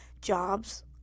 jobs